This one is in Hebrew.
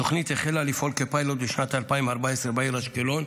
התוכנית החלה לפעול כפיילוט בשנת 2014 בעיר אשקלון,